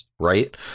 right